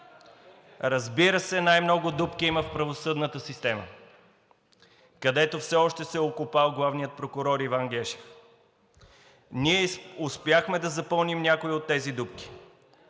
Разбира се, най-много дупки има в правосъдната система, където все още се е окопал главният прокурор Иван Гешев. Ние успяхме да запълним някои от тези дупки.